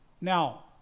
Now